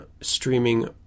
streaming